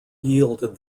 yielded